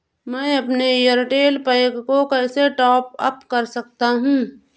मैं अपने Airtel pack को कैसे टॉप अप कर सकता हूँ?